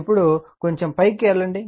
ఇప్పుడు నన్ను కొంచెం పైకి కదలనివ్వండి